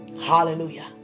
Hallelujah